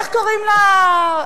איך קוראים לה,